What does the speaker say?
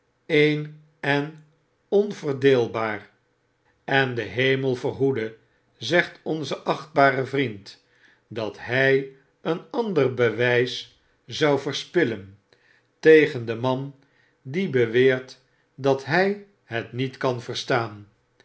achtbare vriend dat hy een ander bewijs zou verspillen tegen den man die beweert dat hy het niet kan verstaan